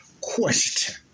question